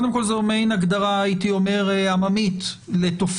קודם כל, זו מעין הגדרה הייתי אומר עממית לתופעה.